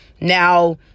Now